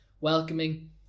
welcoming